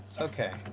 Okay